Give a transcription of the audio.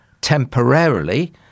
temporarily